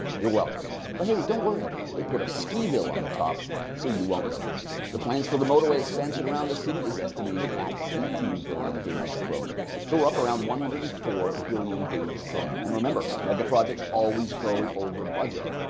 you're welcome. but hey, don't worry. they put a ski hill on the top so you won't notice. the plans for the motorway expansion around the city is estimated at eighteen billion danish kroner so we're up around one hundred and four billion kroner. and remember that mega projects always go over budget.